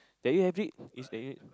that you have it it's that you